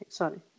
sorry